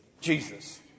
Jesus